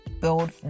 build